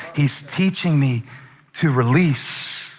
he's teaching me to release.